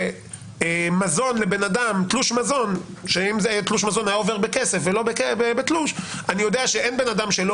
אם תלוש מזון היה עובר בכסף ולא בתלוש אז אין בן אדם שלא